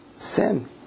Sin